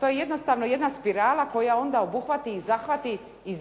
To je jednostavno jedna spirala koja onda obuhvati i zahvati i